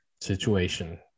situation